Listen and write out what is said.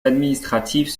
administratifs